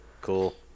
Cool